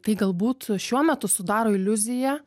tai galbūt šiuo metu sudaro iliuziją